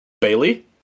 bailey